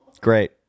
Great